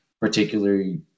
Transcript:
particularly